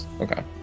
Okay